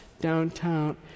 downtown